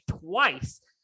twice